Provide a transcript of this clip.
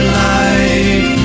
life